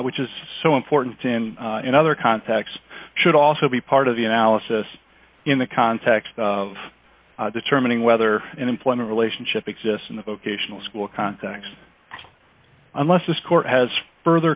which is so important in another context should also be part of the analysis in the context of determining whether an employment relationship exists in the vocational school context unless this court has further